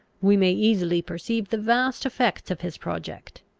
we may easily perceive the vast effects of his project.